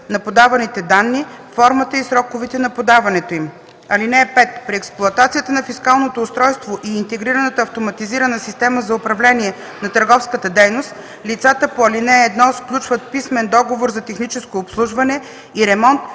на подаваните данни, формата и сроковете на подаването им. (5) При експлоатацията на фискалното устройство и интегрираната автоматизирана система за управление на търговската дейност лицата по ал. 1 сключват писмен договор за техническо обслужване и ремонт